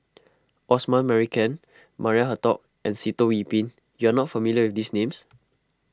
Osman Merican Maria Hertogh and Sitoh Yih Pin you are not familiar with these names